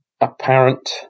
apparent